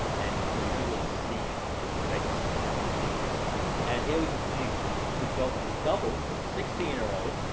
and so, you don't really see like, the face. yeah. when it's needed to play. and here we can see good job of the double, of the sixteen year old.